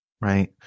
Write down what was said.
Right